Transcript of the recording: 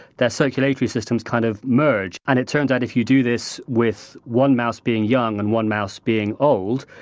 their circulatory systems kind of merge. and it turns out if you do this with one mouse being young and one mouse being old,